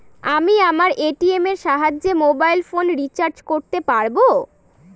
আমি আমার এ.টি.এম এর সাহায্যে মোবাইল ফোন রিচার্জ করতে পারব?